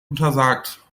untersagt